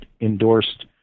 endorsed